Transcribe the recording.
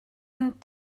and